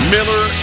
Miller